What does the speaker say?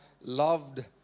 loved